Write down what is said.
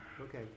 Okay